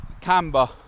camber